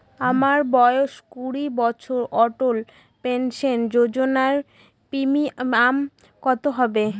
আমার বয়স কুড়ি বছর অটল পেনসন যোজনার প্রিমিয়াম কত হবে?